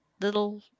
little